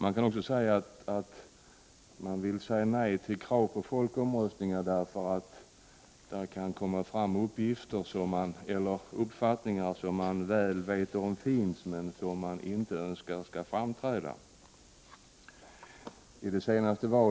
Man kan också vilja säga nej till folkomröstningar därför att man är rädd att det kan komma fram uppfattningar, som man väl vet finns men som man inte vill skall komma fram.